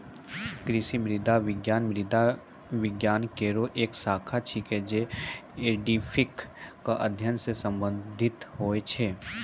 कृषि मृदा विज्ञान मृदा विज्ञान केरो एक शाखा छिकै, जे एडेफिक क अध्ययन सें संबंधित होय छै